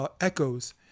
echoes